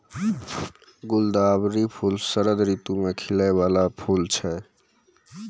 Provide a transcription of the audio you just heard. गुलदावरी फूल शरद ऋतु मे खिलै बाला फूल छै